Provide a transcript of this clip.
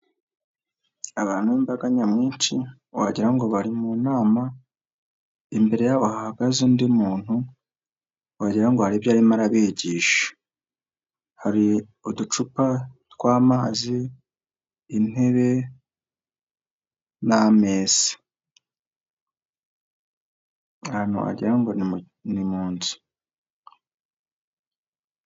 Abantu b'imbaga nyamwinshi wagirango bari mu nama, imbere yabo hahagaze undi muntu wagirango ngo hari ibyo arimo arabigisha, hari uducupa twamazi, intebe, ahantu wagira ngo ni mu nzu.